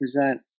present